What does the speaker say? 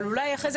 אבל אולי אחרי זה,